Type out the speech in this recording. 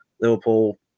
Liverpool